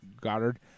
Goddard